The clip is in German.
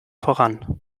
voran